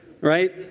right